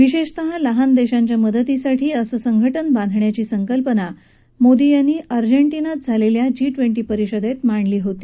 विशेषतः लहान देशांच्या मदतीसाठी असं संघटन बांधण्याची संकल्पना मोदी यांनी अर्जेंटीनात झालेल्या जी ट्वेंटी परिषदेत मांडली होती